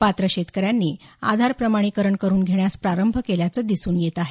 पात्र शेतकऱ्यांनी आधार प्रमाणीकरण करून घेण्यास प्रारंभ केल्याचं दिसून येत आहे